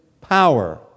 power